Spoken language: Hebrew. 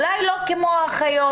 אולי לא כמו אחיות,